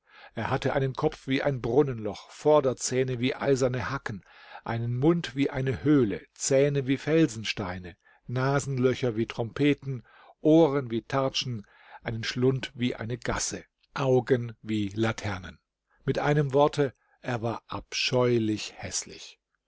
er hatte einen kopf wie ein brunnenloch vorderzähne wie eiserne hacken einen mund wie eine höhle zähne wie felsensteine nasenlöcher wie trompeten ohren wie tartschen einen schlund wie eine gasse augen wie laternen mit einem worte er war abscheulich häßlich